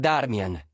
Darmian